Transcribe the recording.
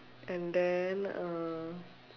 and then uh